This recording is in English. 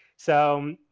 so,